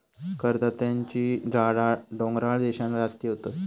करांद्याची झाडा डोंगराळ देशांत जास्ती होतत